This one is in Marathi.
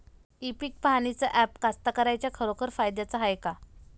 इ पीक पहानीचं ॲप कास्तकाराइच्या खरोखर फायद्याचं हाये का?